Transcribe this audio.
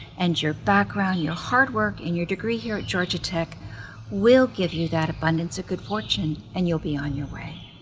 and your background, your hard work and your degree here at georgia tech will give you that abundance of good fortune and you'll be on your way,